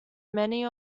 many